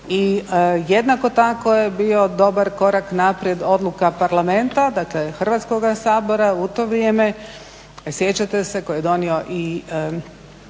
i jednako tako je bio dobar korak naprijed odluka Parlamenta, dakle Hrvatskoga sabora u to vrijeme, sjećate se, koji je donio i